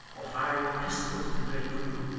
or firing of pistols in the great room,